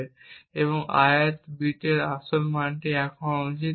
যে এই ith বিটের আসল মানটি 1 হওয়া উচিত